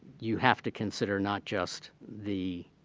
you have to consider not just the